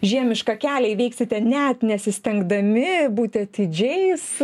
žiemišką kelią įveiksite net nesistengdami būti atidžiais